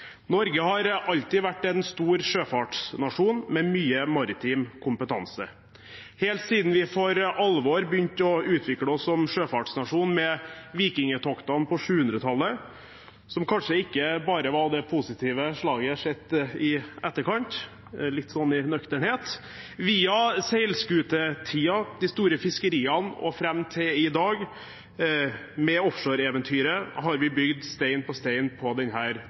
Norge har alltid vært en stor sjøfartsnasjon med mye maritim kompetanse. Helt siden vi for alvor begynte å utvikle oss som sjøfartsnasjon, med vikingtoktene på 700-tallet – som kanskje ikke bare var av det positive slaget, sett i etterkant og med litt nøkternhet – via seilskutetiden, de store fiskeriene og fram til i dag, med offshore-eventyret, har vi bygd stein på stein på